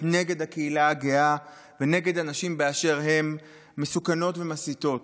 נגד הקהילה הגאה ונגד אנשים באשר הם מסוכנות ומסיתות.